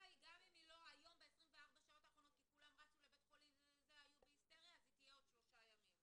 אולי לא ב-24 שעות כי כולם רצו לבית החולים אז תוך שלושה-חמישה ימים.